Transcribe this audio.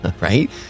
right